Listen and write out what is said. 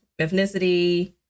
ethnicity